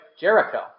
Jericho